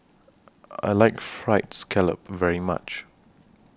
I like Fried Scallop very much